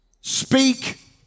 Speak